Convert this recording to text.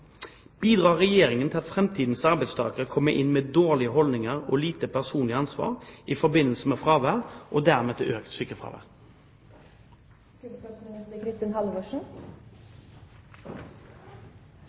Bidrar Regjeringen til at fremtidens arbeidstakere kommer inn med dårlige holdninger og lite personlig ansvar i forbindelse med fravær, og dermed til økt